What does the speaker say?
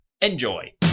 Enjoy